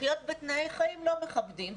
לחיות בתנאי חיים לא מכבדים,